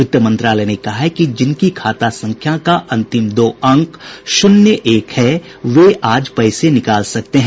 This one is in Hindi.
वित्त मंत्रालय ने कहा है कि जिनकी खाता संख्या का अंतिम दो अंक शून्य एक है वे आज पैसे निकाल सकते हैं